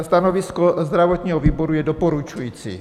Stanovisko zdravotního výboru je doporučující.